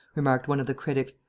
remarked one of the critics,